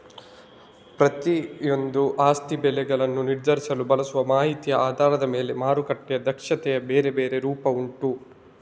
ಪ್ರತಿಯೊಂದೂ ಆಸ್ತಿ ಬೆಲೆಗಳನ್ನ ನಿರ್ಧರಿಸಲು ಬಳಸುವ ಮಾಹಿತಿಯ ಆಧಾರದ ಮೇಲೆ ಮಾರುಕಟ್ಟೆಯ ದಕ್ಷತೆಯ ಬೇರೆ ಬೇರೆ ರೂಪ ಉಂಟು